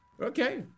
Okay